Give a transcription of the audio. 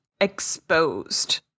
exposed